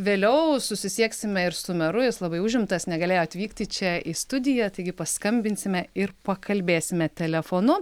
vėliau susisieksime ir su meru jis labai užimtas negalėjo atvykti čia į studiją taigi paskambinsime ir pakalbėsime telefonu